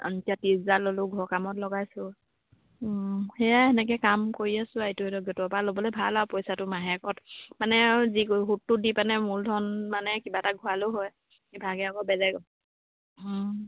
এতিয়া ত্ৰিছ হাজাৰ ল'লোঁ ঘৰৰ কামত লগাইছোঁ সেয়াই তেনেকৈ কাম কৰি আছোঁ ইটো সিটো গোটৰ পৰা ল'বলৈ ভাল আৰু পইচাটো মাহেকত মানে আৰু যি সুতটো দি পেলাই মূলধন মানে কিবা এটা ঘূৰালেও হয় ইভাগে আকৌ বেলেগ